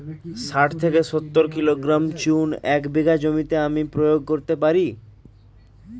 শাঠ থেকে সত্তর কিলোগ্রাম চুন এক বিঘা জমিতে আমি প্রয়োগ করতে পারি?